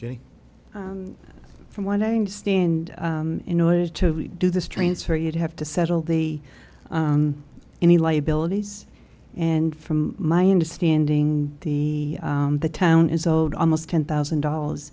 jenny from what i understand in order to do this transfer you'd have to settle the any liabilities and from my understanding the the town is owed almost ten thousand dollars